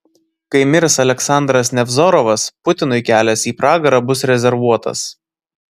kai mirs aleksandras nevzorovas putinui kelias į pragarą bus rezervuotas